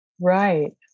Right